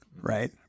right